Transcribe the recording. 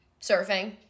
surfing